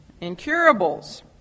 incurables